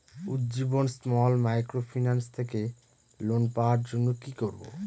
Ujjivan small microfinance থেকে loan পাওয়ার জন্য কি করব?